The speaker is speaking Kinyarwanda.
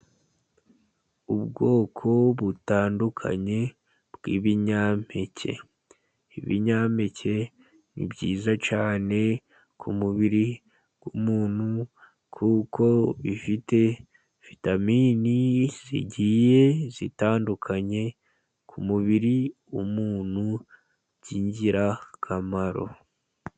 Ubwoko butandukanye bw'ibinyampeke, ibinyampeke ni byiza cyane ku mubiri w'umuntu kuko bifite vitamini zigiye zitandukanye ku mubiri w'umuntu by'ingirakamaro.